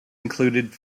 included